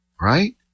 Right